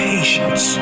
Patience